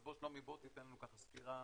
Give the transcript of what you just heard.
אז, שלומי, בוא תיתן לנו ככה סקירה.